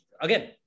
again